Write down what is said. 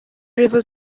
river